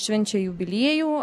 švenčia jubiliejų